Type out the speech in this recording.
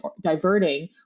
diverting